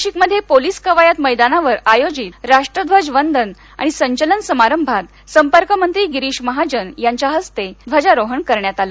नाशिकमधे पोलीस कवायत मद्यानावर आयोजित राष्ट्रध्वज वंदन आणि संचलन समारंभात संपर्कमंत्री गिरीष महाजन यांच्या हस्ते ध्वजारोहण करण्यात आलं